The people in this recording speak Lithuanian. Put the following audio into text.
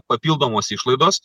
papildomos išlaidos